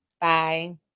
Bye